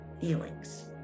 feelings